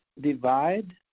divide